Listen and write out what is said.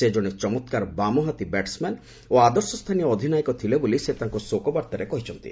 ସେ ଜଣେ ଚମତ୍କାର ବାମହାତୀ ବ୍ୟାଟ୍ସ୍ମ୍ୟାନ୍ ଓ ଆଦର୍ଶସ୍ଥାନୀୟ ଅଧିନାୟକ ଥିଲେ ବୋଲି ସେ ତାଙ୍କ ଶୋକବାର୍ତ୍ତାରେ କହିଚନ୍ତି